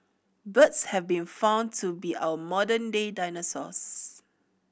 birds have been found to be our modern day dinosaurs